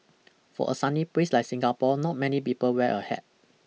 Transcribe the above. for a sunny place like Singapore not many people wear a hat